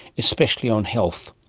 especially on health.